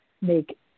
make